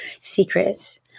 secrets